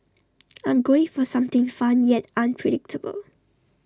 I'm going for something fun yet unpredictable